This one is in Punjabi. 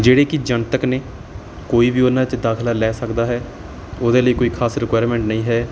ਜਿਹੜੇ ਕਿ ਜਨਤਕ ਨੇ ਕੋਈ ਵੀ ਉਹਨਾਂ 'ਚ ਦਾਖਲਾ ਲੈ ਸਕਦਾ ਹੈ ਉਹਦੇ ਲਈ ਕੋਈ ਖ਼ਾਸ ਰਿਕੁਇਰਮੈਂਟ ਨਹੀਂ ਹੈ